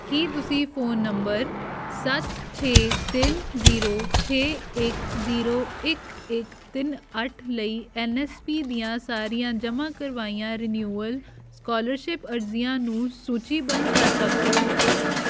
ਕੀ ਤੁਸੀਂ phone number ਸੱਤ ਛੇ ਤਿੰਨ ਜ਼ੀਰੋ ਛੇ ਇੱਕ ਜ਼ੀਰੋ ਇੱਕ ਇੱਕ ਤਿੰਨ ਅੱਠ ਲਈ ਐੱਨ ਐੱਸ ਪੀ ਦੀਆਂ ਸਾਰੀਆਂ ਜਮ੍ਹਾਂ ਕਰਵਾਈਆਂ ਰਿਨਿਵੇਲ ਸਕਾਲਰਸ਼ਿਪ ਅਰਜ਼ੀਆਂ ਨੂੰ ਸੂਚੀਬੱਧ ਕਰ ਸਕਦੇ ਹੋ